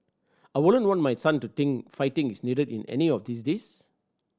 I wouldn't want my son to think fighting is needed in of these days